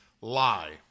lie